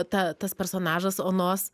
ta tas personažas onos